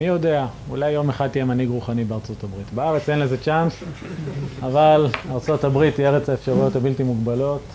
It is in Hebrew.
מי יודע, אולי יום אחד תהיה מנהיג רוחני בארצות הברית. בארץ אין לזה צ'אנס, אבל ארצות הברית היא ארץ האפשרויות הבלתי מוגבלות.